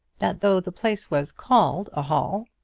that though the place was called a hall,